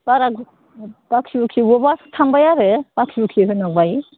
बारा बाखि बुखिबो थांबाय आरो बाखि बुखि होनांबाय